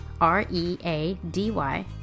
R-E-A-D-Y